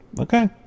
Okay